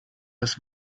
das